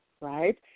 Right